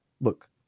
look